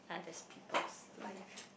other than people's life